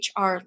HR